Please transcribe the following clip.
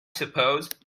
suppose